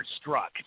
struck